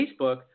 Facebook